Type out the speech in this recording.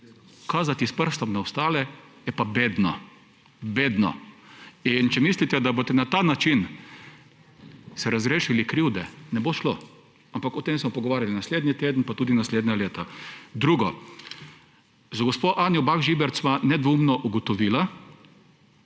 kazati s prstom na ostale je pa bedno. Bedno! In če mislite, da boste na ta način se razrešili krivde, ne bo šlo, ampak o tem se bomo pogovarjali naslednji teden, pa tudi naslednja leta. Drugo. Z gospo Anjo Bah Žibert sva nedvoumno ugotovila,